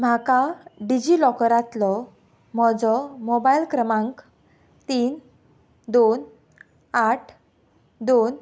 म्हाका डिजिलॉकरांतलो म्होजो मोबायल क्रमांक तीन दोन आठ दोन